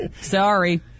Sorry